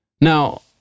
Now